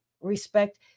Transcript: respect